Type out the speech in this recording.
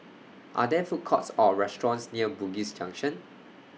Are There Food Courts Or restaurants near Bugis Junction